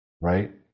right